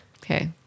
Okay